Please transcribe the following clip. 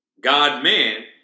God-man